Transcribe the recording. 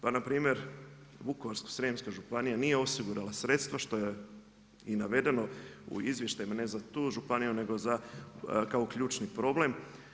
Pa npr. Vukovarsko-srijemska županija nije osigurala sredstva što je i navedeno u izvještajima, ne za tu županiju nego za, kao ključni problem.